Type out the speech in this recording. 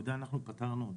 תעודה אנחנו פטרנו אותם.